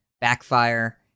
Backfire